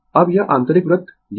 अब यह आंतरिक वृत्त यह एक